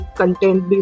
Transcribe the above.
content